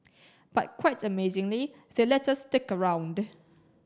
but quite amazingly they let us stick around